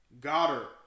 Goddard